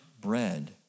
bread